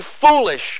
foolish